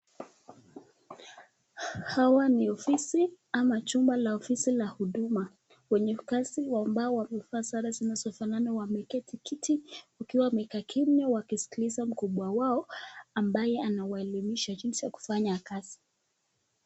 Hawa ni ofisi ama chumba la ofisi la huduma wenye kasri wamevaa sare ambazo zinafanana, wameketi kiti wakiwa wanasikiliza mkubwa wao jinsi watafanya kazi.